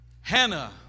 Hannah